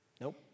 Nope